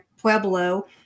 pueblo